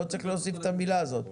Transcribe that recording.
לא צריך להוסיף את המילה הזאת.